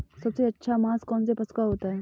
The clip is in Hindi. सबसे अच्छा मांस कौनसे पशु का होता है?